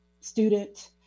student